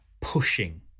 pushing